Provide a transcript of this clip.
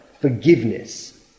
forgiveness